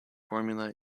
formula